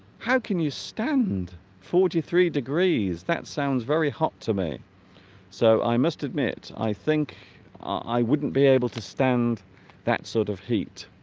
how can you stand forty three degrees that sounds very hot to me so i must admit i think i wouldn't be able to stand that sort of heat